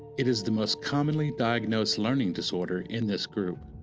it is the most commonly diagnosed learning disorder in this group.